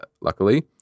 luckily